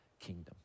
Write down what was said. kingdom